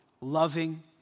loving